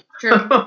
True